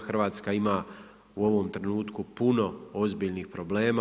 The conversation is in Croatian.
Hrvatska ima u ovom trenutku puno ozbiljnih problema.